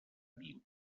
pime